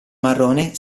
marrone